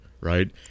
right